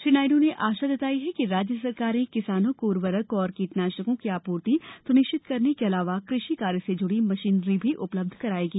श्री नायडू ने आशा व्यक्त की कि राज्य सरकारें किसानों को उर्वरक और कीटनाशकों की आपूर्ति सुनिश्चित करने के अलावा कृषि कार्य से जुड़ी मशीनरी भी उपलब्ध करायेगी